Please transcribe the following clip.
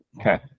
Okay